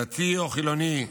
דתי או חילוני,